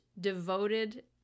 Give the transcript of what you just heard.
devoted